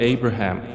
Abraham